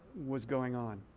was going on.